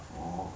orh